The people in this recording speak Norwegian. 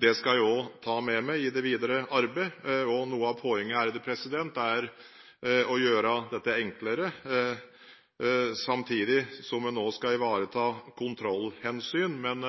Det skal jeg også ta med meg i det videre arbeidet. Noe av poenget er å gjøre dette enklere, samtidig som en også skal ivareta kontrollhensyn. Men